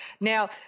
Now